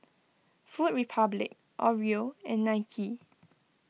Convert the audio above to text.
Food Republic Oreo and Nike